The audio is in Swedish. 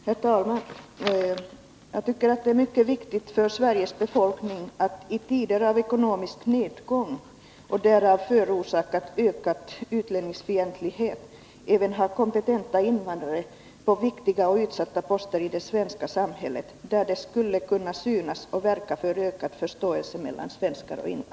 Herr talman! Jag tycker att det är mycket viktigt för Sveriges befolkning att i tider av ekonomisk nedgång och därav förorsakad utlänningsfientlighet även ha kompetenta invandrare på viktiga och utsatta poster i det svenska samhället, där de skulle synas och där de skulle kunna verka för ökad förståelse mellan svenskar och invandrare.